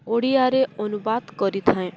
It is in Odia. ଓଡ଼ିଆରେ ଅନୁବାଦ କରିଥାଏଁ